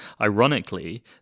ironically